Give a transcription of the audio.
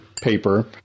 paper